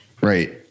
Right